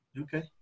Okay